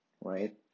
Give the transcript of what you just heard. right